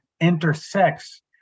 intersects